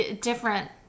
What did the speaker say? different